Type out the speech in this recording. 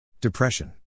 depression